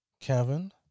Kevin